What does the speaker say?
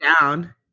down